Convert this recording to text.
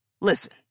Listen